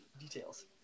Details